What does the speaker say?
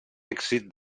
èxit